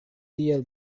tiel